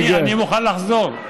אני מוכן לחזור.